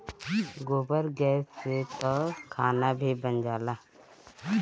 गोबर गैस से तअ खाना भी बन जाला